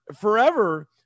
forever